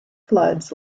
floods